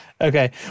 Okay